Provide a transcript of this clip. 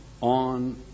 on